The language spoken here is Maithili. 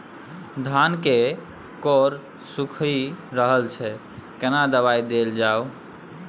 धान के कॉर सुइख रहल छैय केना दवाई देल जाऊ?